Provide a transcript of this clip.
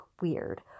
weird